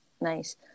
Nice